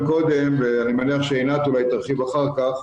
קודם ואני מניח שעינת אולי תרחיב אחר כך,